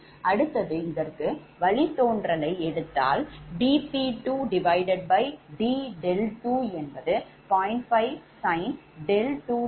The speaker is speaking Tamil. அடுத்தது இதற்கு வழித்தோன்றலை எடுத்தால் 𝑑𝑃2𝑑𝛿20